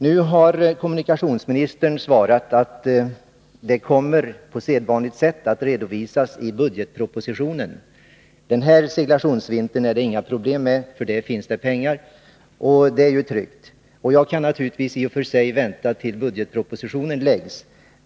Nu har kommunikationsministern svarat att det på sedvanligt sätt kommer en redovisning i budgetpropositionen. När det gäller den här seglationsvintern är det inga problem, eftersom det finns pengar för denna. Det känns tryggt att veta. Jag kan naturligtvis i och för sig vänta tills budgetpropositionen läggs fram.